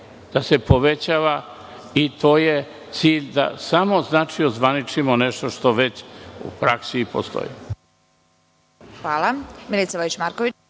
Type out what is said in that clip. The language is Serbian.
da se povećava i to je cilj, samo znači, da ozvaničimo nešto što već u praksi postoji.